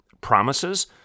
promises